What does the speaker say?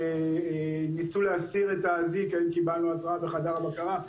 כולל ניסיון להסתיר את האזיק והאם קיבלנו התראה בחדר הבקרה,